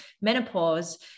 menopause